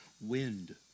Wind